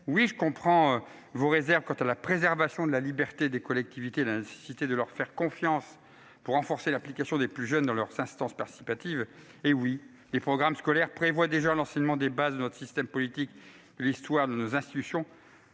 Oui, je comprends ses réserves quant à la préservation de la liberté des collectivités et à la nécessité de leur faire confiance pour renforcer l'implication des plus jeunes dans leurs instances participatives. Et oui, les programmes scolaires prévoient déjà l'enseignement des bases de notre système politique et de l'histoire de nos institutions.